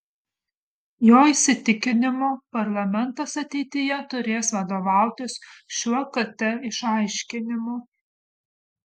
jo įsitikinimu parlamentas ateityje turės vadovautis šiuo kt išaiškinimu